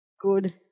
good